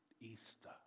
Easter